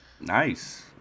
nice